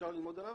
אפשר ללמוד עליו.